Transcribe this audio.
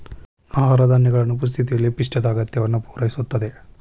ಆಹಾರ ಧಾನ್ಯಗಳ ಅನುಪಸ್ಥಿತಿಯಲ್ಲಿ ಪಿಷ್ಟದ ಅಗತ್ಯವನ್ನು ಪೂರೈಸುತ್ತದೆ